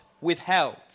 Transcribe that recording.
withheld